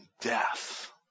death